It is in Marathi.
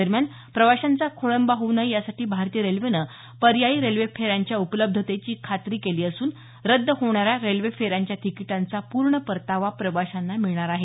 दरम्यान प्रवाशांचा खोळंबा होऊ नये यासाठी भारतीय रेल्वेनं पर्यायी रेल्वे फेऱ्यांच्या उपलब्धतेची खात्री केली असून रद्द होणाऱ्या रेल्वे फेऱ्यांच्या तिकीटांचा पूर्ण परतावा प्रवाशांना मिळणार आहे